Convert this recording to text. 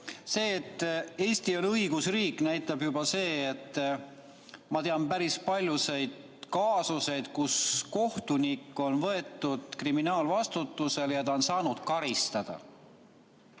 Seda, et Eesti on õigusriik, näitab juba see, et ma tean päris paljusid kaasuseid, kus kohtunik on võetud kriminaalvastutusele ja saanud karistada.